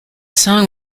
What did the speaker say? song